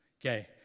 Okay